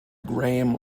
graham